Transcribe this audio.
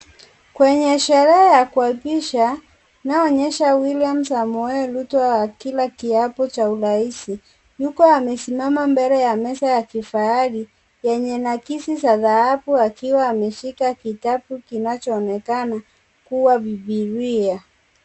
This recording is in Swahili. Kwenye sherehe ya kuapisha , inayoonyesha William Samoei Ruto akila kiapo cha uraisi, yuko amesimama mbele ya meza ya kifahari, yenye nakisi za dhahabu akiwa ameshika kitabu kinacho onekana, kua Bibilia.